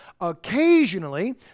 Occasionally